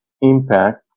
impact